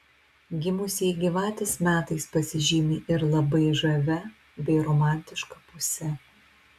gimusieji gyvatės metais pasižymi ir labai žavia bei romantiška puse